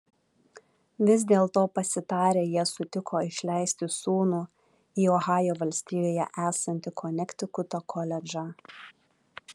vis dėlto pasitarę jie sutiko išleisti sūnų į ohajo valstijoje esantį konektikuto koledžą